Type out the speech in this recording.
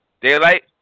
Daylight